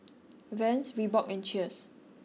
Vans Reebok and Cheers